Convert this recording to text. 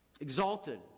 exalted